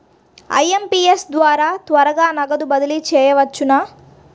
IMPS ద్వారా త్వరగా నగదు బదిలీ చేయవచ్చునా?